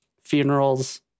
Funerals